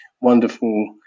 wonderful